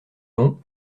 long